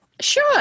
Sure